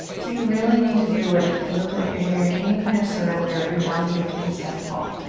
do you really need to do the movement that you're doing or can you kind of surrender, root down through the feet and stand up tall?